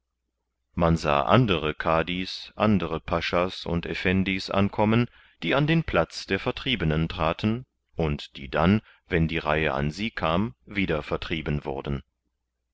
man sah andere kadi's andere pascha's und effendi's ankommen die an den platz der vertriebenen traten und die dann wenn die reihe an sie kam wieder vertrieben wurden